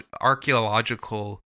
archaeological